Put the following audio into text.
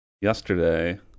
yesterday